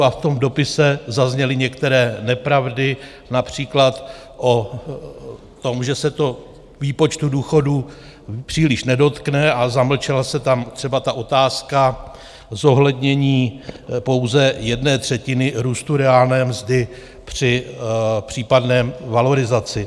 V tom dopise zazněly některé nepravdy, například o tom, že se to výpočtu důchodů příliš nedotkne, a zamlčela se tam třeba ta otázka zohlednění pouze jedné třetiny růstu reálné mzdy při případné valorizaci.